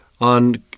on